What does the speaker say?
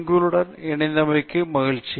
எங்களுக்கு மகிழ்ச்சி